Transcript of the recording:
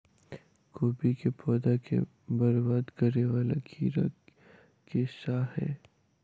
कोबी केँ पौधा केँ बरबाद करे वला कीड़ा केँ सा है?